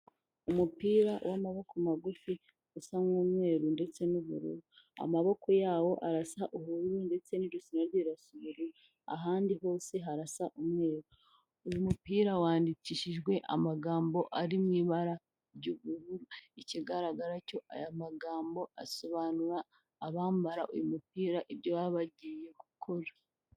Umupira w'amaboko magufi usa nk'umweru ndetse n'ubururi. Amaboko yawo arasa ubururu ndetse n' ijosi naryo rirasa ubururu, ahandi hose harasa umweru. Uyu mupira wandikishijwe amagambo ari mu ibara ry' ubururu, ikigaragara cyo aya magambo asobanura abambara uyu mupira ibyo baba bagiye gukora.